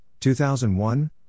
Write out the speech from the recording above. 2001